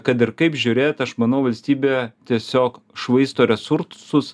kad ir kaip žiūrėt aš manau valstybė tiesiog švaisto resursus